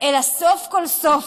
אלא סוף כל סוף,